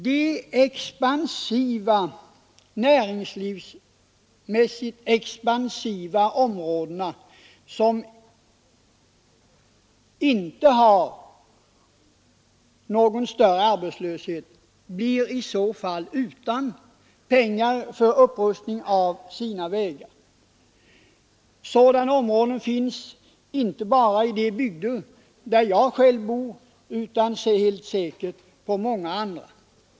De områden där näringslivet expanderar och som inte har någon större arbetslöshet blir i så fall utan pengar för upprustning av vägarna. Det gäller inte bara den bygd där jag själv bor, utan helt säkert också många andra.